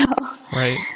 Right